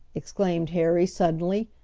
exclaimed harry suddenly,